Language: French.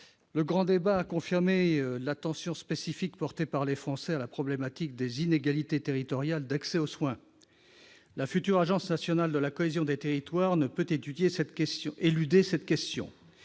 Le grand débat a confirmé l'attention spécifique que les Français portent à la problématique des inégalités territoriales d'accès aux soins. La future agence nationale de la cohésion des territoires ne pourra éluder cette question.